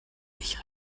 ich